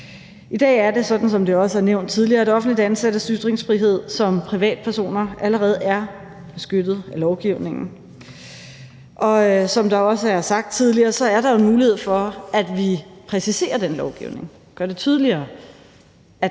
I dag er det sådan, som det også er nævnt tidligere, at offentligt ansattes ytringsfrihed som privatpersoner allerede er beskyttet af lovgivningen, og som det også er blevet sagt tidligere, er der jo mulighed for, at vi præciserer den lovgivning, gør det tydeligere, at